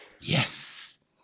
Yes